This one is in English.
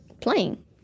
playing